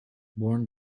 born